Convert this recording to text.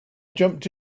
jumped